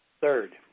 Third